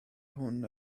hwn